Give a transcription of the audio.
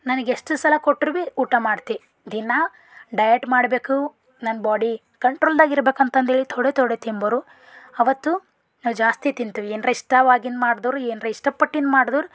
ನನಗೆಷ್ಟು ಸಲ ಕೊಟ್ರೂ ಭಿ ಊಟ ಮಾಡ್ತಿ ದಿನ ಡಯಟ್ ಮಾಡಬೇಕು ನನ್ನ ಬಾಡಿ ಕಂಟ್ರೋಲ್ದಾಗ ಇರ್ಬೇಕಂತಂದು ಹೇಳಿ ಥೋಡೆ ಥೋಡೆ ತಿಂಬರು ಅವತ್ತು ನಾ ಜಾಸ್ತಿ ತಿಂತೀವಿ ಏನರ ಇಷ್ಟವಾಗಿಂದು ಮಾಡಿದ್ರು ಏನರ ಇಷ್ಟಪಟ್ಟಿಂದ್ ಮಾಡಿದ್ರು